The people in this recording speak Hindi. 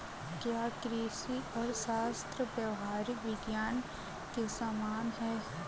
क्या कृषि अर्थशास्त्र व्यावहारिक विज्ञान के समान है?